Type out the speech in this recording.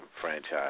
franchise